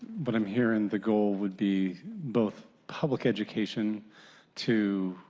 but i'm hearing, the goal would be both public education to